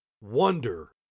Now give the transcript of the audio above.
wonder